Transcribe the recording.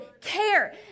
care